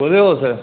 कुत्थै ओ तुस